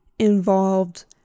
Involved